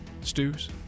stews